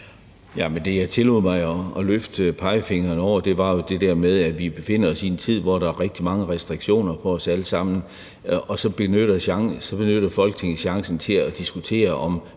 det, jeg tillod mig at løfte pegefingeren over for, var jo det med, at vi befinder os i en tid, hvor der er rigtig mange restriktioner på os alle sammen, og så benytter Folketinget chancen for at diskutere, om